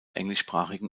englischsprachigen